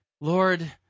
Lord